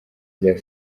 rya